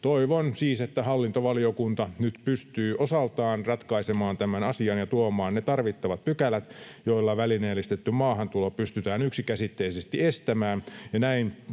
Toivon siis, että hallintovaliokunta nyt pystyy osaltaan ratkaisemaan tämän asian ja tuomaan ne tarvittavat pykälät, joilla välineellistetty maahantulo pystytään yksikäsitteisesti estämään,